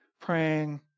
praying